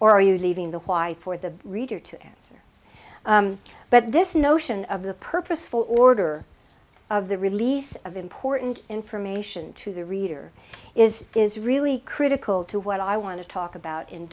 or are you leaving the why for the reader to answer but this notion of the purposeful order of the release of important information to the reader is is really critical to what i want to talk about in